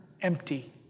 empty